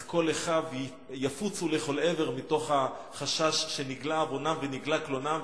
אז כל אחיו יפוצו לכל עבר מתוך החשש שנגלה עוונם ונגלה קלונם,